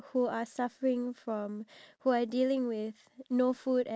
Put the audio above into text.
and here we are enjoying that amount of food